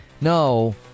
No